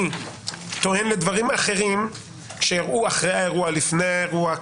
טוען לדברים אחרים שאירעו לפני האירוע,